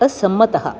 असम्मतः